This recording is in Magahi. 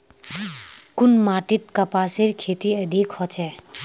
कुन माटित कपासेर खेती अधिक होचे?